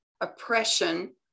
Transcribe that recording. oppression